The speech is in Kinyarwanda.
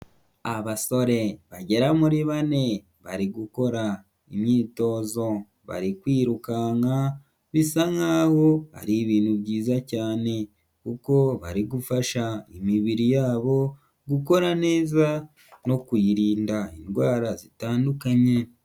Abasore bagera muri bane bari gukora imyitozo, bari kwirukanka. Bisa nk'aho ari ibintu byiza cyane ,kuko bari gufasha imibiri yabo gukora neza no kuyirinda indwara zitandukanye.